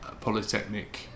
Polytechnic